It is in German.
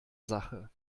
sache